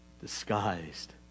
Disguised